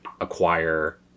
acquire